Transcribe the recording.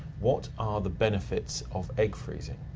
what are the benefits of egg freezing?